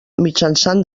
mitjançant